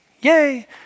Yay